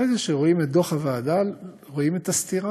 אחרי זה, כשרואים את דוח הוועדה, רואים את הסתירה